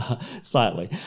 Slightly